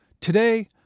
Today